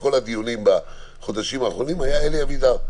כל הדיונים בחודשים האחרונים היה אלי אבידר.